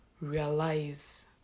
realize